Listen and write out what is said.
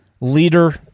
leader